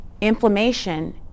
Inflammation